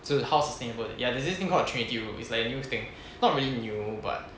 so how this thing go that there's this thing called trinity rule it's like a new thing not really new but